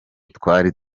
twari